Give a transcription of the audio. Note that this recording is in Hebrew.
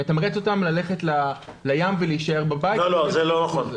צעירים ללכת לים ולהישאר בבית --- זה לא נכון.